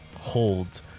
hold